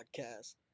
podcast